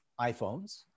iphones